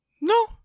No